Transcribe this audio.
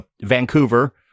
Vancouver